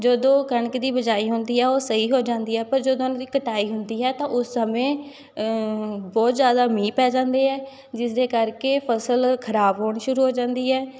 ਜਦੋਂ ਕਣਕ ਦੀ ਬਿਜਾਈ ਹੁੰਦੀ ਹੈ ਉਹ ਸਹੀ ਹੋ ਜਾਂਦੀ ਹੈ ਪਰ ਜਦੋਂ ਉਨ ਦੀ ਕਟਾਈ ਹੁੰਦੀ ਹੈ ਤਾਂ ਉਸ ਸਮੇਂ ਬਹੁਤ ਜ਼ਿਆਦਾ ਮੀਹ ਪੈ ਜਾਂਦੇ ਹੈ ਜਿਸਦੇ ਕਰਕੇ ਫਸਲ ਖਰਾਬ ਹੋਣੀ ਸ਼ੁਰੂ ਹੋ ਜਾਂਦੀ ਹੈ